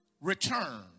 Return